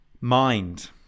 mind